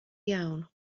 iawn